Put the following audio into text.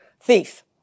thief